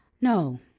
no